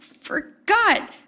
forgot